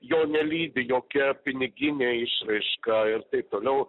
jo nelydi jokia piniginė išraiška ir taip toliau